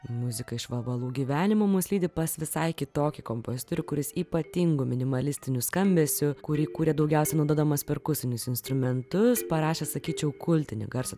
muzika iš vabalų gyvenimo mus lydi pas visai kitokį kompozitorių kuris ypatingu minimalistiniu skambesiu kurį kuria daugiausiai naudodamas perkusinius instrumentus parašęs sakyčiau kultinį garso